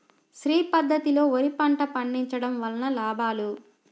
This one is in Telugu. శ్రీ పద్ధతిలో వరి పంట పండించడం వలన లాభాలు?